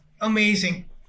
amazing